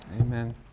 Amen